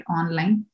online